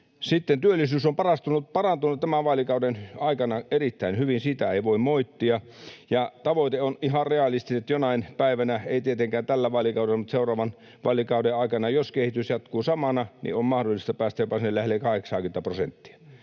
moittiminen. Työllisyys on parantunut tämän vaalikauden aikana erittäin hyvin, sitä ei voi moittia. Ja tavoite on ihan realistinen, että jonain päivänä — ei tietenkään tällä vaalikaudella, mutta seuraavan vaalikauden aikana, jos kehitys jatkuu samana — on mahdollista päästä jopa sinne lähelle 80:tä prosenttia.